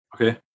Okay